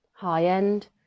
high-end